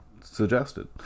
suggested